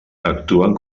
actuen